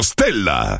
Stella